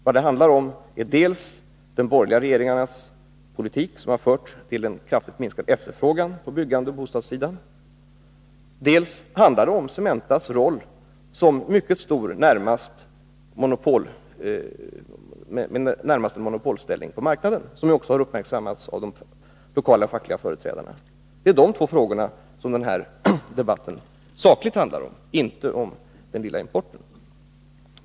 Vad det handlar om är dels de borgerliga regeringarnas politik, som har lett till en kraftigt minskad efterfrågan på områdena byggande och bostäder, dels Cementas mycket stora roll på marknaden. Företaget har ju närmast en monopolställning, vilket också har uppmärksammats av de lokala fackliga företrädarna. Det är dessa två frågor som denna debatt sakligt handlar om — inte om den lilla importen.